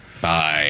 Bye